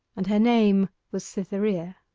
and her name was cytherea.